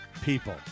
people